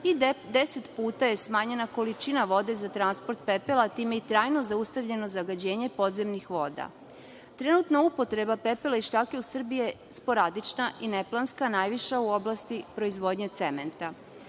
i deset puta je smanjena količina vode za transport pepela, a time je trajno zaustavljeno zagađenje podzemnih voda. Trenutna upotreba pepela i šljake u Srbije je sporadična i neplanska, najviše u oblasti proizvodnje cementa.